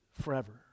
forever